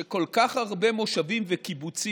שכל כך הרבה מושבים וקיבוצים,